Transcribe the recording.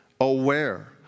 aware